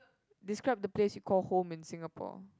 describe the place you call home in Singapore